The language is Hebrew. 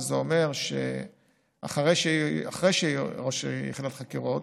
וזה אומר שאחרי שיהיה ראש יחידת חקירות,